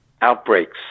outbreaks